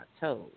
toes